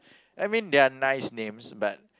I mean they are nice names but